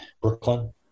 Brooklyn